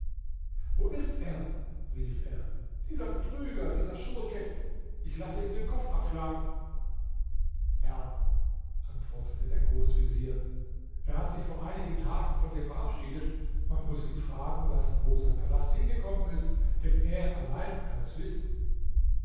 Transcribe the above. wo ist er rief er dieser betrüger dieser schurke ich lasse ihm den kopf abschlagen herr antwortete der großvezier er hat sich vor einigen tagen von dir verabschiedet man muß ihn fragen lassen wo sein palast hingekommen ist denn er allein kann es wissen